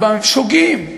שוגים,